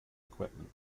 equipment